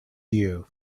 you